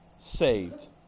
saved